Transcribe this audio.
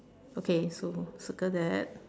okay so circle that